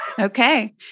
Okay